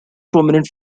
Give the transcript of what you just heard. prominent